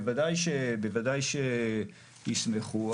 בוודאי שישמחו.